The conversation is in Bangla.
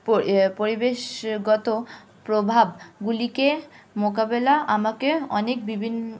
পরি পরিবেশগত প্রভাবগুলিকে মোকাবিলা আমাকে অনেক বিভিন্ন